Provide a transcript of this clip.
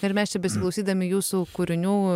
ir mes čia besiklausydami jūsų kūrinių